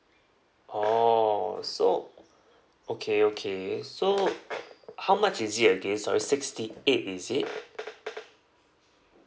orh so okay okay so how much is it again sorry sixty eight is it